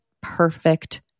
perfect